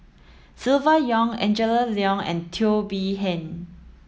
Silvia Yong Angela Liong and Teo Bee Yen